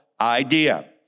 idea